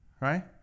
right